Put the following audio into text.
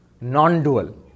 Non-dual